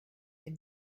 dem